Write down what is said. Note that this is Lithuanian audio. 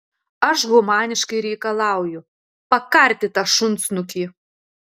aš humaniškai reikalauju pakarti tą šunsnukį